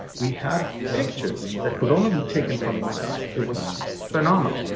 we have pictures that could only be taken from inside. it was phenomenal.